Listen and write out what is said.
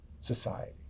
society